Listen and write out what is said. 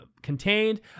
Contained